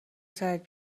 سرت